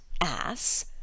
ass